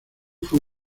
fue